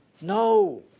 No